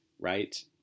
right